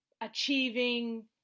achieving